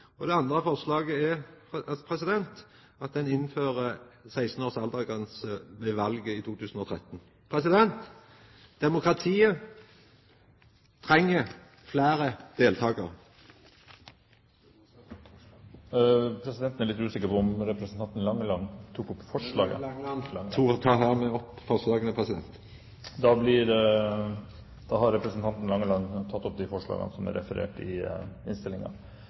vårt. Det andre forslaget er at ein innfører 16-års aldersgrense ved valet i 2013. Demokratiet treng fleire deltakarar. Presidenten er litt usikker på om representanten Langeland tok opp forslag. Langeland tek hermed opp forslaga frå Sosialistisk Venstreparti og Venstre. Representanten Hallgeir H. Langeland har da tatt opp de forslagene han refererte til. Mens vi i